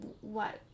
what-